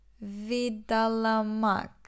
vidalamak